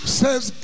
says